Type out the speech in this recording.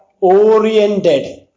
oriented